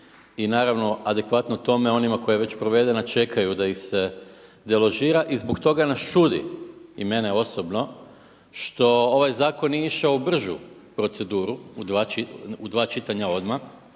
I naravno adekvatno tome onima koja je već provedena čekaju da ih se deložira. I zbog toga nas čudi i mene osobno što ovaj zakon nije išao u bržu proceduru u dva čitanja odmah,